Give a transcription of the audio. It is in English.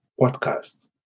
podcast